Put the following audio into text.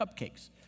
cupcakes